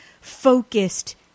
focused